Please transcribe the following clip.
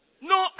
No